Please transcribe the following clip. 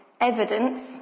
evidence